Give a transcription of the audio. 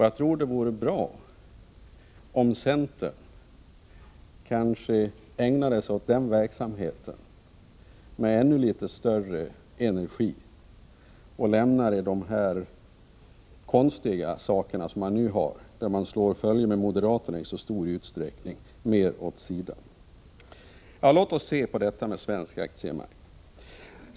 Jag tror att det vore bra om centern ägnade sig åt den verksamheten med ännu litet större energi och lämnade de konstiga saker man nu ägnar sig åt — där man slår följe med moderaterna i stor utsträckning — åt sidan. Låt oss se på den svenska aktiemarknaden.